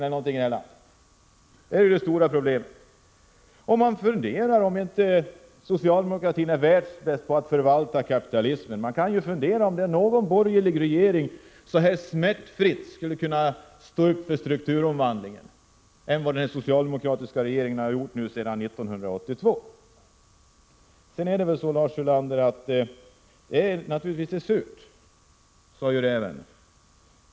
Man kan fundera 21 maj 1987 över om inte socialdemokratin är världsbäst på att förvalta kapitalismen. Man kan undra om någon borgerlig regering skulle kunna stå upp för en strukturomvandling lika lättvindigt som den socialdemokratiska regeringen har gjort sedan 1982. Det är surt, sade räven, när han inte fick precis som han ville.